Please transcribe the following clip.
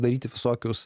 daryti visokius